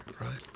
right